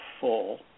full